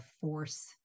force